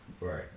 Right